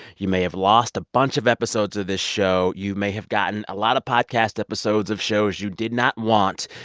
you may have lost a bunch of episodes of this show. you may have gotten a lot of podcast episodes of shows you did not want.